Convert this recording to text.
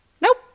Nope